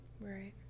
Right